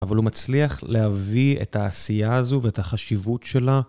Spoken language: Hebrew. אבל הוא מצליח להביא את העשייה הזו ואת החשיבות שלה.